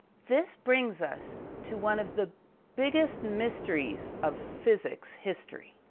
this brings us to one of the biggest mysteries of physics history.